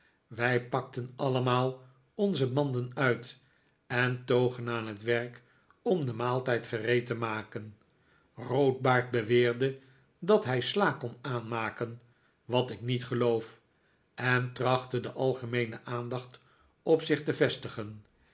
wij pakten allemaal onze manden uit en togen aan het werk om den maaltijd gereed te maken roodbaard beweerde dat hij sla kon aanmaken wat ik niet geloof en trachtte de algemeene aandacht op zich te vestigen